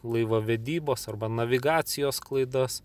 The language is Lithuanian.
laivavedybos arba navigacijos klaidas